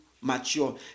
mature